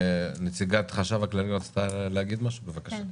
נציגת החשב הכללי רצתה להגיד משהו, בבקשה.